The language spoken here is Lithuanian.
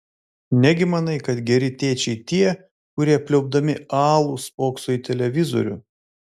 negi manai kad geri tėčiai tie kurie pliaupdami alų spokso į televizorių